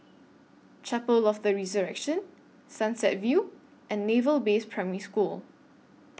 Chapel of The Resurrection Sunset View and Naval Base Primary School